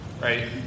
right